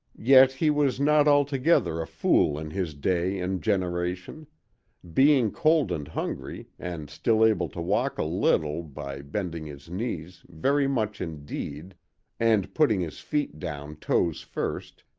yet he was not altogether a fool in his day and generation being cold and hungry, and still able to walk a little by bending his knees very much indeed and putting his feet down toes first,